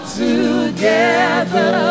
together